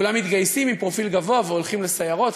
כולם מתגייסים עם פרופיל גבוה והולכים לסיירות,